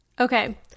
Okay